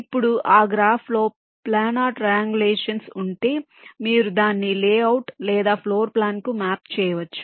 ఇప్పుడు ఆ గ్రాఫ్లో ప్లానర్ ట్రయాంగులేషన్స్ ఉంటే మీరు దాన్ని లేఅవుట్ లేదా ఫ్లోర్ ప్లాన్కు మ్యాప్ చేయవచ్చు